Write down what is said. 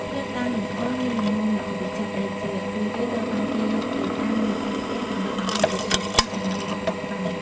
ផ្លិតតាំងលម្អមានលំនាំល្អវិចិត្រ ដែលជារឿយៗត្រូវបានគេយកទៅតាំងនៅតាមផ្ទះដើម្បីបង្ហាញពីសិល្បៈនិងវប្បធម៌ខ្មែរ។